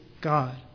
God